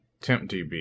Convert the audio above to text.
TempDB